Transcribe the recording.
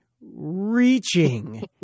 Reaching